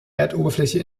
erdoberfläche